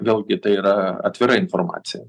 vėlgi tai yra atvira informacija